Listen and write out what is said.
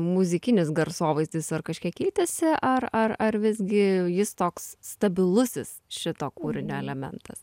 muzikinis garsovaizdis ar kažkiek keitėsi ar ar ar visgi jis toks stabilusis šito kūrinio elementas